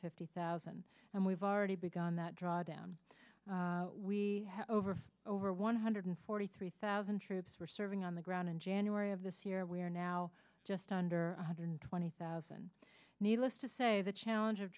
fifty thousand and we've already begun that drawdown we have over over one hundred forty three thousand troops were serving on the ground in january of this year we are now just under one hundred twenty thousand needless to say the challenge of